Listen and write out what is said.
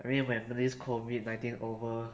I mean when this COVID nineteen over